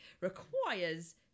requires